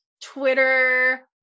Twitter